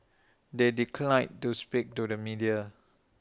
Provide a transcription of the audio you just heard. they declined to speak to the media